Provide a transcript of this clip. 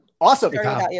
Awesome